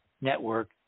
network